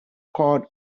called